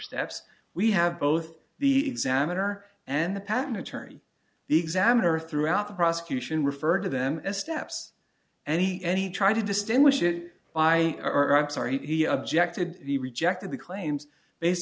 steps we have both the examiner and the patent attorney the examiner throughout the prosecution referred to them as steps any any try to distinguish it by our acts are he objected he rejected the claims based